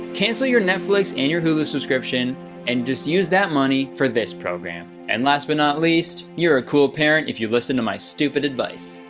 cancel your netflix and your hulu subscription and just use that money for this program. and last but not least, you're a cool parent if you listened to my stupid advice,